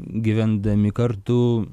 gyvendami kartu